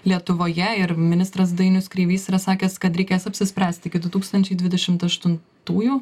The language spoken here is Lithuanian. lietuvoje ir ministras dainius kreivys yra sakęs kad reikės apsispręsti iki du tūkstančiai dvidešimt aštun tųjų